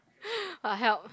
!wah! help